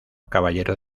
caballero